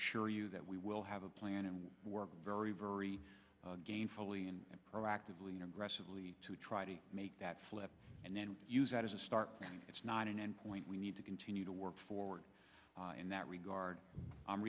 sure you that we will have a plan and we work very very gainfully and proactively aggressively to try to make that flip and then use that as a start it's not an endpoint we need to continue to work forward in that regard